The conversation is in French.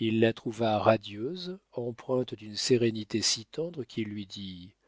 il la trouva radieuse empreinte d'une sérénité si tendre qu'il lui dit